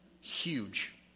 Huge